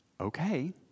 Okay